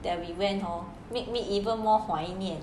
that we went hor make me even more 怀念